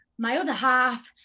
my other half,